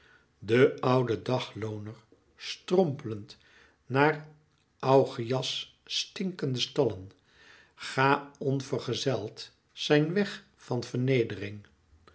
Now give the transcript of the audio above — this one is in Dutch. de oude daglooner strompelend naar augeias stinkende stallen ga onvergezeld zijn weg van vernedering